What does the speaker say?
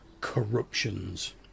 corruptions